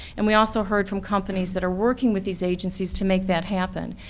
and we also heard from companies that are working with these agencies to make that happen.